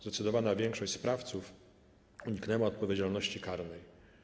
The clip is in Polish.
Zdecydowana większość sprawców uniknęła odpowiedzialności karnej.